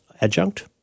adjunct